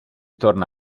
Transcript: torna